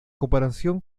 comparación